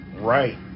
right